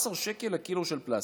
13 שקלים לקילו פלסטיק,